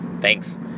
Thanks